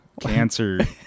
cancer